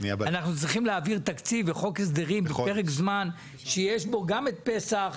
אנחנו צריכים להעביר תקציב וחוק הסדרים בפרק זמן שיש בו גם את פסח,